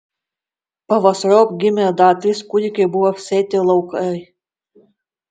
pavasariop gimė dar trys kūdikiai buvo apsėti laukai